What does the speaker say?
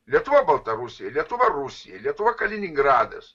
lietuva baltarusija lietuva rusija lietuva kaliningradas